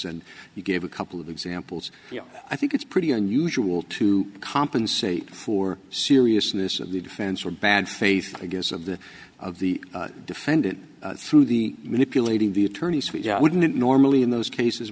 and you gave a couple of examples i think it's pretty unusual to compensate for seriousness of the defense for bad faith against of the of the defendant through the manipulating the attorneys we wouldn't normally in those cases